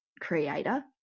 creator